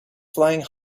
flying